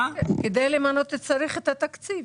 כדי למנות צריך את התקציב.